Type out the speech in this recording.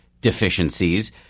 deficiencies